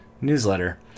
newsletter